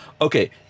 Okay